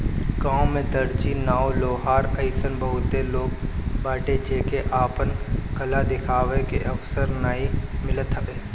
गांव में दर्जी, नाऊ, लोहार अइसन बहुते लोग बाटे जेके आपन कला देखावे के अवसर नाइ मिलत हवे